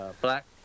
black